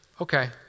Okay